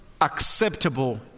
acceptable